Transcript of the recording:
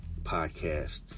podcast